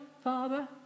father